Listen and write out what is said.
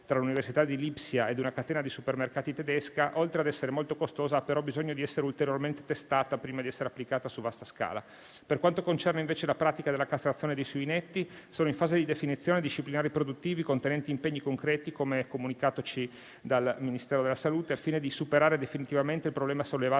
tra l'Università di Lipsia e una catena di supermercati tedesca, oltre ad essere molto costosa, ha, però, bisogno di essere ulteriormente testata prima di essere applicata su vasta scala. Per quanto concerne, invece, la pratica della castrazione dei suinetti, sono in fase di definizione disciplinari produttivi contenenti impegni concreti, come comunicatoci dal Ministero della salute, al fine di superare definitivamente il problema sollevato